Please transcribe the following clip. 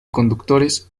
conductores